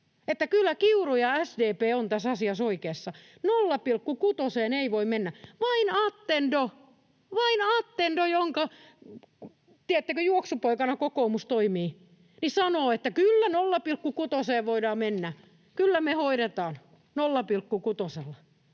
kyllä Kiuru ja SDP ovat tässä asiassa oikeassa. 0,6:een ei voi mennä. Vain Attendo — vain Attendo, jonka, tiedättekö, juoksupoikana kokoomus toimii — sanoo, että kyllä 0,6:een voidaan mennä, kyllä me hoidetaan 0,6:lla.